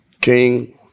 King